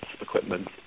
equipment